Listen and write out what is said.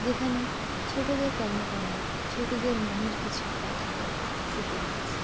যেখানে ছোটোদের কর্মকাণ্ড ছোটদের মনের কিছু কথা ফুটে উঠেছে